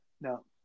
No